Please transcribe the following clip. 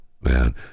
man